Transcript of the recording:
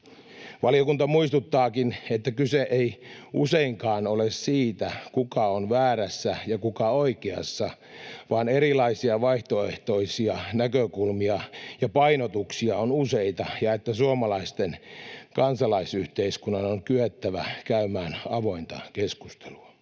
Valiokunta muistuttaakin, että kyse ei useinkaan ole siitä, kuka on väärässä ja kuka oikeassa, vaan erilaisia vaihtoehtoisia näkökulmia ja painotuksia on useita ja että suomalaisen kansalaisyhteiskunnan on kyettävä käymään avointa keskustelua.